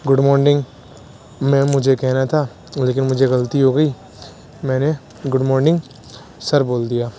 good morning ma'am مجھے یہ کہنا تھا لیکن مجھے غلطی ہو گئی میں نے گڈ مارننگ سر بول دیا